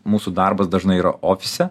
mūsų darbas dažnai yra ofise